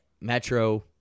metro